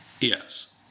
Yes